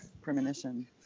premonition